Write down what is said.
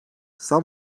zam